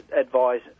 advise